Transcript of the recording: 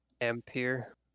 Ampere